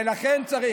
ולכן צריך.